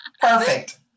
Perfect